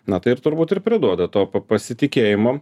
na tai ir turbūt ir priduoda to pasitikėjimo